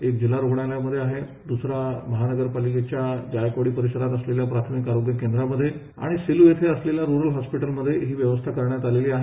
एक जिल्हा रुग्णालयामधे आहे दुसरा महानगरपालिकेच्या जायकवाडी परिसरात असलेल्या प्राथमिक आरोग्य केंद्रामधे आणि सेल् इथं असलेल्या रूरल हॉस्पिटलमधे व्यवस्था करण्यात आलेली आहे